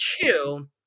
two